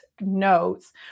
notes